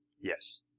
Yes